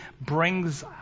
brings